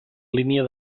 línia